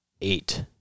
eight